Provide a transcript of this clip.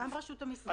גם רשות המסים.